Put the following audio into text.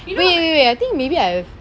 you know like